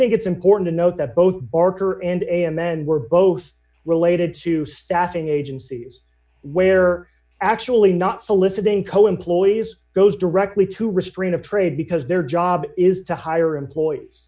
think it's important to note that both barker and and then were both related to staffing agencies where actually not soliciting co employees goes directly to restraint of trade because their job is to hire employees